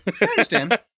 understand